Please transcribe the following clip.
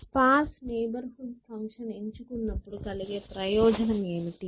sparse neighbourhood function ఎంచుకొన్నపుడు కలిగే ప్రయోజనం ఏమిటి